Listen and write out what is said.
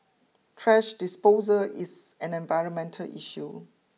trash disposal is an environmental issue